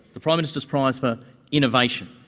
the prime minister's prize for innovation.